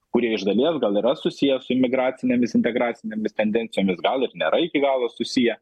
kurie iš dalies gal yra susiję su imigracinėmis integracinėmis tendencijomis gal ir nėra iki galo susiję